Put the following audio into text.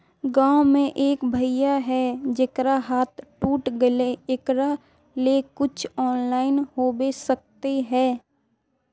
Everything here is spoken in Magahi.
गाँव में एक भैया है जेकरा हाथ टूट गले एकरा ले कुछ ऑनलाइन होबे सकते है?